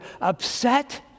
upset